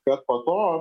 kad po to